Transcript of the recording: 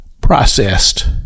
processed